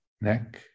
neck